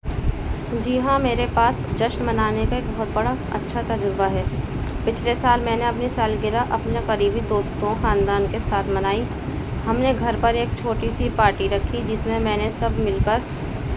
جی ہاں میرے پاس جشن منانے کا ایک بہت بڑا اچھا تجربہ ہے پچھلے سال میں نے اپنی سالگرہ اپنے قریبی دوستوں خاندان کے ساتھ منائی ہم نے گھر پر ایک چھوٹی سی پارٹی رکھی جس میں میں نے سب مل کر